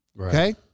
okay